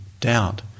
doubt